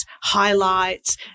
highlights